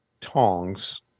tongs